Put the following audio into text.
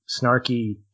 snarky